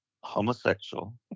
homosexual